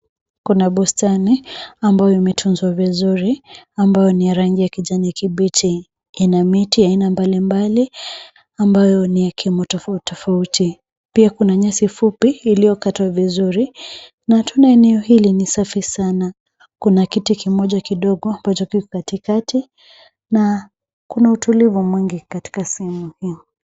Kuna bustani ambayo imetunzwa vizuri ambayo ni ya rangi ya kijani kibichi Ina miti aina mbalimbali ambayo ni ya kimo tofauti tofauti. Pia kuna nyasi fupi iliyokatwa vizuri na tuna eneo hili ni safi sana. Kuna kiti kimoja kidogo ambacho kiko katikati. Na kuna utulivu mwingi katika sehemu hii.